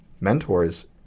mentors